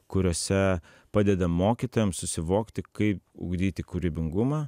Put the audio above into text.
kuriose padedam mokytojams susivokti kaip ugdyti kūrybingumą